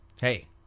hey